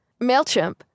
MailChimp